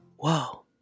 Whoa